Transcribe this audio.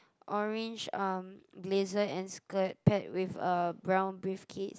orange um blazer and skirt paired with a brown briefcase